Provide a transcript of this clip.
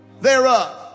thereof